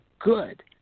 good